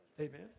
Amen